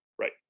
Right